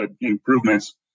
improvements